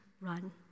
run